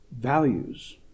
values